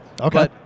Okay